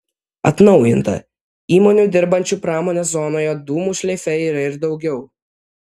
atnaujinta įmonių dirbančių pramonės zonoje dūmų šleife yra ir daugiau